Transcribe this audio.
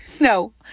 no